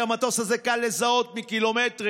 את המטוס הזה קל לזהות מקילומטרים.